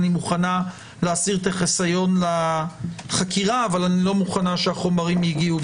אני מוכנה להסיר את החיסיון לחקירה אבל לא מוכנה שהחומרים יגיעו?